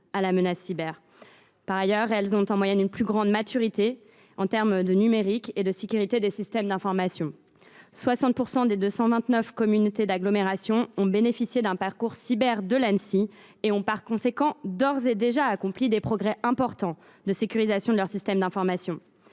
à la menace cyber. Par ailleurs, les communautés d’agglomération ont, en moyenne, une plus grande maturité en matière de numérique et de sécurité des systèmes d’information. Ainsi, 60 % des 229 communautés d’agglomération ont bénéficié d’un parcours de cybersécurité de l’Anssi et ont par conséquent d’ores et déjà accompli des progrès importants de sécurisation de leurs systèmes d’information.